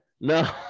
No